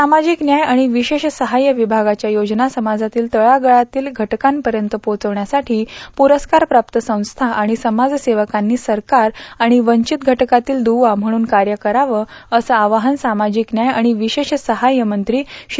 सामाजिक न्याय आणि विशेष सहाय्य विभागाच्या योजना समाजातील तळागाळातील जनतेपर्यंत घटकांपर्यंत पोहचविण्यासाठी पुरस्कार प्रात्त संस्या आणि समाजसेवकांनी सरकार आणि वेंचित घटकातील दुवा म्हणून कार्य करावं असं आवाहन सामाजिक न्याय आणि विशेष सहाय्य मंत्री श्री